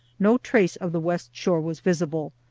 no trace of the west shore was visible,